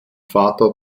vater